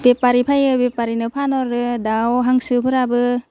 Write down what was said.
बेफारि फैयो बेफारिनो फानहरो दाउ हांसोफ्राबो